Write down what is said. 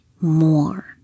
more